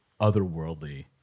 otherworldly